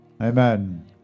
Amen